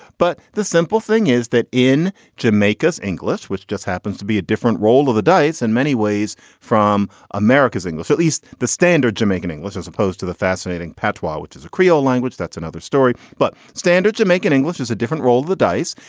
but the simple thing is that in jamaica's english, which just happens to be a different roll of the dice in many ways from america's english, at least the standard jamaican english as opposed to the fascinating patois, which is a creole language, that's another story. but standard jamaican english is a different roll of the dice.